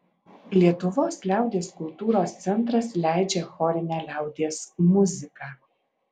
lietuvos liaudies kultūros centras leidžia chorinę liaudies muziką